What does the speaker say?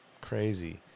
Crazy